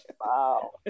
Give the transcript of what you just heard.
Wow